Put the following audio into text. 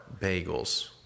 Bagels